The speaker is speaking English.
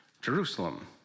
Jerusalem